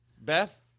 Beth